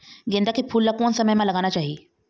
गेंदा के फूल ला कोन समय मा लगाना चाही?